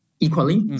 Equally